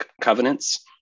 covenants